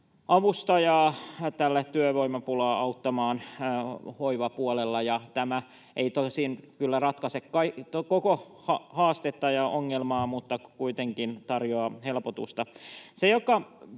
hoiva-avustajaa työvoimapulaa auttamaan hoivapuolella. Tämä ei tosin kyllä ratkaise koko haastetta ja ongelmaa mutta kuitenkin tarjoaa helpotusta.